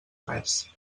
res